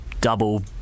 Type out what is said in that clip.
double